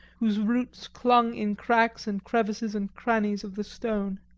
whose roots clung in cracks and crevices and crannies of the stone.